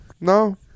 No